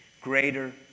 greater